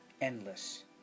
endless